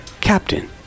Captain